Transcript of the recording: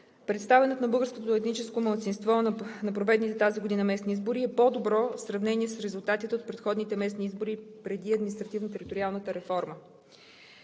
представянето на българското етническо малцинство на проведените тази година местни избори е по-добро в сравнение с резултатите от предходните местни избори преди административно-териториалната реформа.